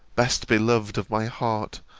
best beloved of my heart,